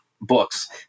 books